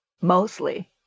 mostly